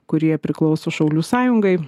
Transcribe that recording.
kurie priklauso šaulių sąjungai